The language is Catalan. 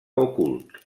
ocult